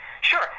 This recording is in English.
Sure